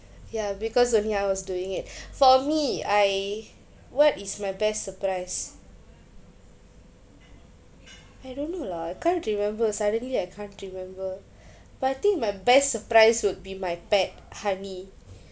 ya because only I was doing it for me I what is my best surprise I don't know lah can't remember suddenly I can't remember but I think my best surprise would be my pet honey